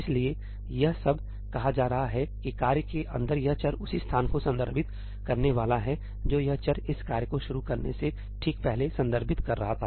इसलिए यह सब कहा जा रहा है कि कार्य के अंदर यह चर उसी स्थान को संदर्भित करने वाला है जो यह चर इस कार्य को शुरू करने से ठीक पहले संदर्भित कर रहा था